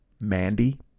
Mandy